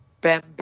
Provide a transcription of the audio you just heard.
bam